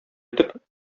итеп